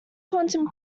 quantum